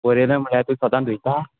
बोरेले म्हळ्या तूं सोदां धुंयता